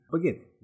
Again